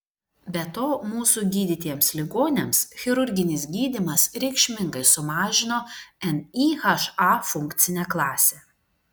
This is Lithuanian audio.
be to mūsų gydytiems ligoniams chirurginis gydymas reikšmingai sumažino nyha funkcinę klasę